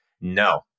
No